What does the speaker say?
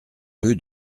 rue